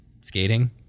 skating